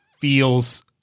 feels